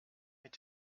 mit